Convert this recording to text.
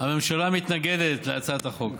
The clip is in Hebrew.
הממשלה מתנגדת להצעת החוק.